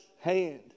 hand